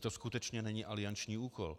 To skutečně není alianční úkol.